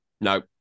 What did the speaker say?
No